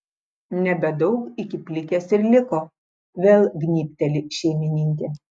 nebedaug iki plikės ir liko vėl gnybteli šeimininkė